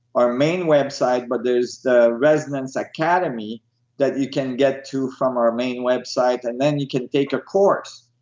our main website, but there's the resonance academy that you can get to from our main website and then you can take a course,